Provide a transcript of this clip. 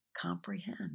comprehend